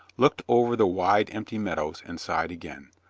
looked over the wide, empty meadows and sighed again.